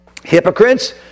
Hypocrites